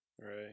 Right